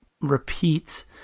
repeat